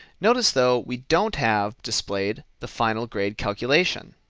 notice though we don't have displayed the final grade calculation.